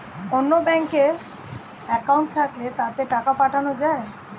অন্য ব্যাঙ্কে অ্যাকাউন্ট থাকলে তাতে টাকা পাঠানো যায়